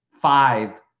five